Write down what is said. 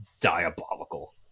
diabolical